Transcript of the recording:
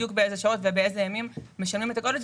בדיוק באיזה שעות ובאיזה ימים משלמים את אגרת הגודש.